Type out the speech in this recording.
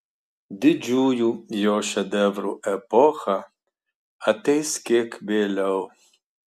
didžiųjų jo šedevrų epocha ateis kiek vėliau